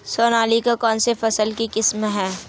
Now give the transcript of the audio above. सोनालिका कौनसी फसल की किस्म है?